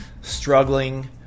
struggling